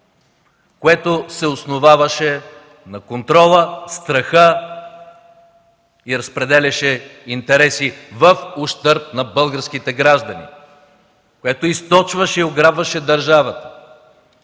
което се основаваше на контрола, страха и разпределяше интереси в ущърб на българските граждани, което източваше и ограбваше държавата,